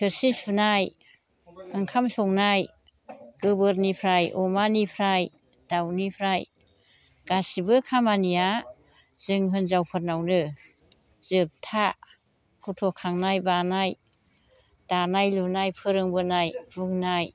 थोरसि सुनाय ओंखाम संनाय गोबोरनिफ्राय अमानिफ्राय दावनिफ्राय गासिबो खामानिया जों होन्जावफोरनावनो जोबथा गथ' खांनाय बानाय दानाय लुनाय फोरोंबोनाय बुंनाय